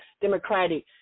democratic